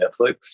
Netflix